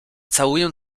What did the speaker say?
całuję